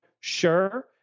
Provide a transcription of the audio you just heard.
Sure